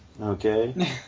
Okay